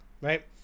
right